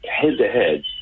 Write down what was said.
head-to-head